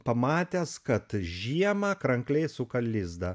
pamatęs kad žiemą krankliai suka lizdą